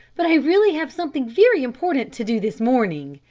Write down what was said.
but i really have something very important to do this morning.